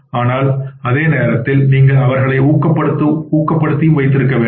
ஆனால் அதே நேரத்தில் நீங்கள் அவர்களை ஊக்கப்படுத்தும் வைத்திருக்க வேண்டும்